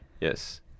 Yes